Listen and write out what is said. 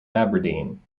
aberdeen